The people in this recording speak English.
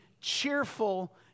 cheerful